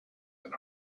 and